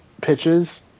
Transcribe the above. pitches